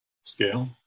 Scale